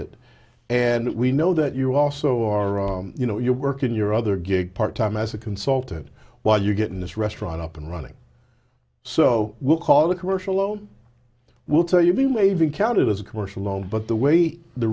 it and we know that you also are you know you're working your other gig part time as a consultant while you're getting this restaurant up and running so we'll call a commercial oh we'll tell you the maven count it was a commercial loan but the way the